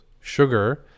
sugar